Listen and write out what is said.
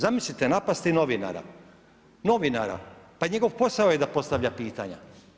Zamislite, napasti novinara, pa njegov posao je da postavlja pitanja.